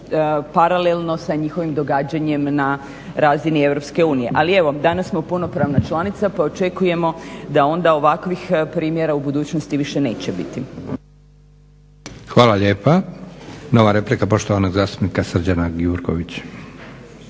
paralelno sa njihovim događanjem na razini EU. Ali evo danas smo punopravna članica pa očekujemo da onda ovakvih primjera u budućnosti više neće biti. **Leko, Josip (SDP)** Hvala lijepa. Nova replika poštovanog zastupnika Srđana Gjurković.